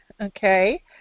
okay